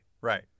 Right